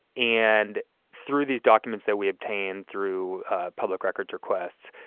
and through these documents that we obtained, through public records requests,